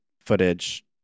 footage